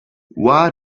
why